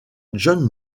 john